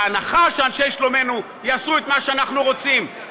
בהנחה שאנשי שלומנו יעשו את מה שאנחנו רוצים,